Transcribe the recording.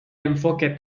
enfoque